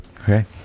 Okay